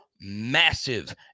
massive